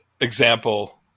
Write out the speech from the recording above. example